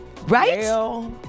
Right